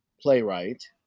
playwright